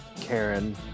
Karen